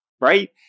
right